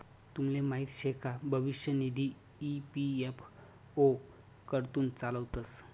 तुमले माहीत शे का भविष्य निधी ई.पी.एफ.ओ कडथून चालावतंस